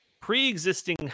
pre-existing